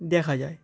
দেখা যায়